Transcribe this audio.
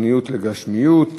בעד, 7, אין מתנגדים ואין נמנעים.